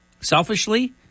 selfishly